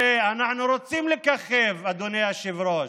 הרי אנחנו רוצים לככב, אדוני היושב-ראש,